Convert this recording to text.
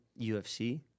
UFC